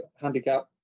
handicap